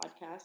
podcast